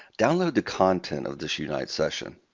download the content of this unite session.